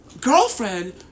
Girlfriend